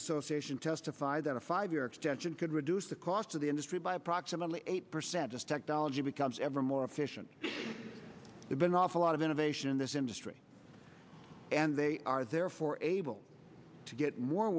association testified that a five year extension could reduce the cost of the industry by approximately eight percent just technology becomes ever more efficient the been off a lot of innovation in this industry and they are therefore able to get more